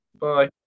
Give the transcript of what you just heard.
Bye